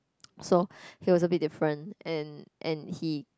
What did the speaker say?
so he was a bit different and and he